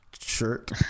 shirt